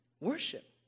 worship